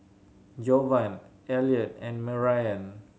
Jovan Elliot and Marion